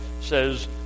says